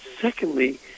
secondly